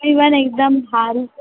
मी पण एकदम भारी